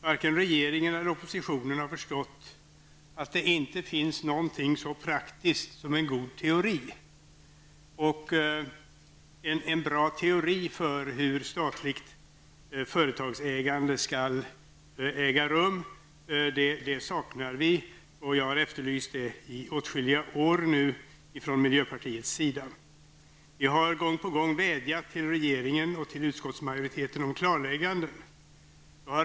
Varken regeringen eller oppositionen har förstått att det inte finns någonting så praktiskt som en god teori. Vi saknar en bra teori för hur statligt företagsägande skall gå till. Det är något som vi från miljöpartiets sida har efterlyst i åtskilliga år. Vi har gång på gång vädjat till regeringen och utskottsmajoriteten om klarlägganden.